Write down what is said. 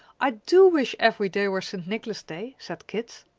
i do wish every day were st. nicholas day, said kit.